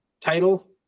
title